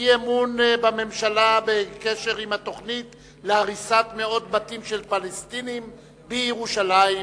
אי-אמון בממשלה בקשר עם התוכנית להריסת מאות בתים של פלסטינים בירושלים,